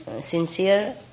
sincere